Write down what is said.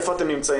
איפה אתם נמצאים,